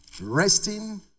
Resting